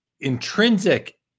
intrinsic